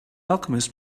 alchemist